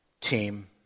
team